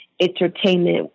entertainment